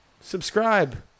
Subscribe